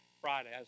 Friday